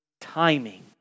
timing